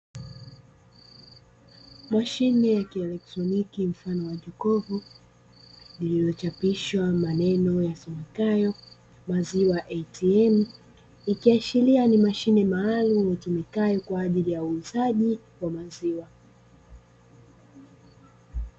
Mashine ya kielektroniki mfano wa jokofu lililochapishwa maneno yasomekayo "maziwa ATM". Ikiashiria ni mashine maalumu itumikayo kwaajili ya uuzaji wa maziwa.